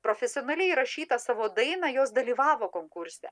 profesionaliai įrašytą savo dainą jos dalyvavo konkurse